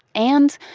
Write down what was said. and,